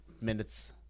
minutes